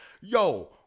Yo